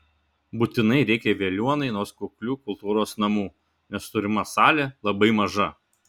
būtinai reikia veliuonai nors kuklių kultūros namų nes turima salė labai maža